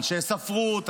אנשי ספרות,